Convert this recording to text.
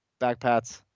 backpats